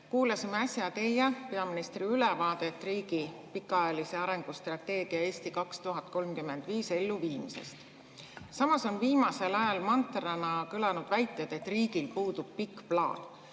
Kuulasime äsja teie kui peaministri ülevaadet riigi pikaajalise arengustrateegia "Eesti 2035" elluviimisest. Samas on viimasel ajal mantrana kõlanud väited, et riigil puudub pikk plaan.